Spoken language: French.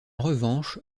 revanche